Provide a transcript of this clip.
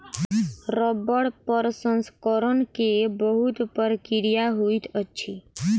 रबड़ प्रसंस्करण के बहुत प्रक्रिया होइत अछि